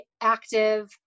active